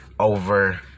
over